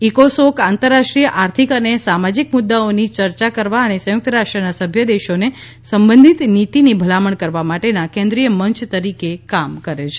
ઇકોસોક આંતરરાષ્ટ્રીય આર્થિક અને સામાજિક મુદ્દાઓની ચર્ચા કરવા અને સંયુક્ત રાષ્ટ્રના સભ્ય દેશોને સંબંધિત નીતિની ભલામણ કરવા માટેના કેન્દ્રિય મંચ તરીકે કામ કરે છે